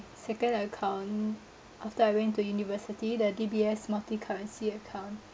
second account after I went to university the D_B_S multi currency account